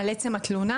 על עצם התלונה,